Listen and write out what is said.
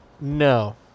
No